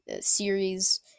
series